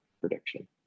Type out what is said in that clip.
prediction